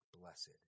blessed